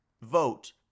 vote